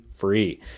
free